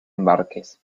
embarques